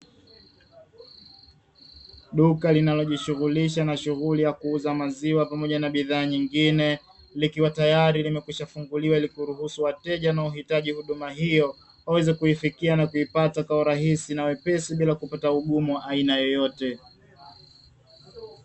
Duka linalo jishughulisha na shughuli ya kuuza maziwa pamoja na bidhaa nyingine, likiwa tayari limekwisha funguliwa ili kuruhusu wateja wanaohitaji huduma hiyo waweze kuifikia na kuipata kwa urahisi na wepesi bila kupata ugumu wa aina yeyote.